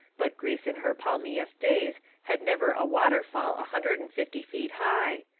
but greece in her palmiest days had never a waterfall a hundred and fifty feet high.